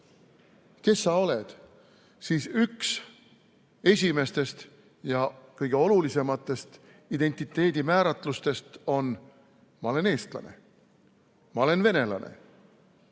"Kes sa oled?", siis üks esimestest ja kõige olulisematest identiteedimääratlustest on: ma olen eestlane, ma olen venelane,